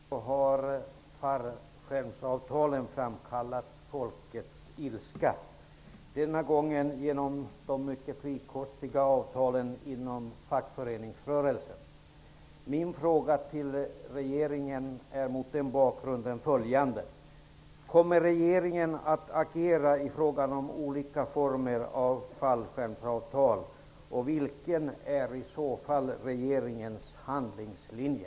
Herr talman! Återigen har fallskärmsavtalen framkallat folkets ilska, denna gång de mycket frikostiga avtalen inom fackföreningsrörelsen. Min fråga till regeringen är, mot den bakgrunden, följande. Kommer regeringen att agera i frågan om olika former av fallskärmsavtal? Vilken är i så fall regeringens handlingslinje?